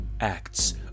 acts